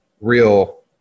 real